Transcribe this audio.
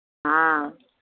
हँ